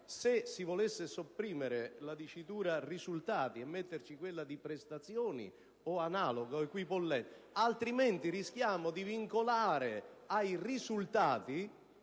occorrerebbe sopprimere la dicitura "risultati" e inserire quella di "prestazioni" o analoga, altrimenti rischiamo di vincolare ai risultati